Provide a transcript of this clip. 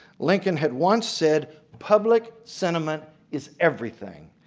lincoln had once said public sentiment is everything.